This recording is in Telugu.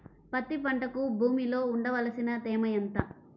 పత్తి పంటకు భూమిలో ఉండవలసిన తేమ ఎంత?